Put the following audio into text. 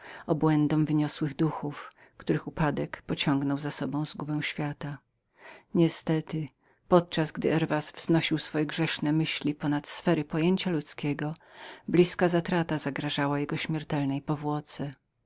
obłędom wyniosłych duchów których upadek pociąga za sobą zgubę świata niestety podczas gdy herwas wznosił swoje grzeszne myśli nad sfery pojęcia ludzkiego blizka zatrata zagrażała jego śmiertelnej powłoce